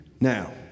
Now